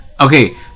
Okay